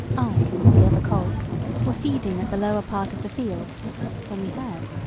i and the other colts were feeding at the lower part of the field when we heard,